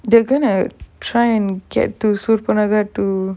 they're gonna try and get to surpanaka to